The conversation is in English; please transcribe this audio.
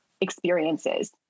experiences